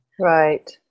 right